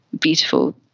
beautiful